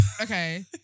Okay